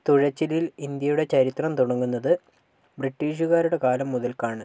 തുഴച്ചിലിൽ ഇന്ത്യയുടെ ചരിത്രം തുടങ്ങുന്നത് ബ്രിട്ടീഷുകാരുടെ കാലം മുതല്ക്കാണ്